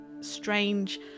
strange